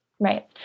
Right